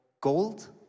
gold